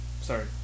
Sorry